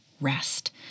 rest